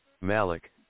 Malik